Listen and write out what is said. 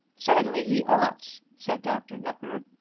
certainly he ought, said dr. nupper.